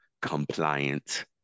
compliant